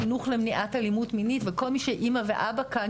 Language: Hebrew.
חינוך למניעת אלימות מינית וכל מי שאמא ואבא כאן,